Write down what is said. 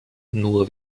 nur